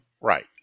Right